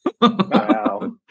Wow